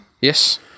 Yes